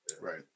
right